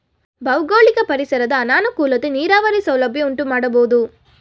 ಭೌಗೋಳಿಕ ಪರಿಸರದ ಅನಾನುಕೂಲತೆ ನೀರಾವರಿ ಸೌಲಭ್ಯ ಉಂಟುಮಾಡಬೋದು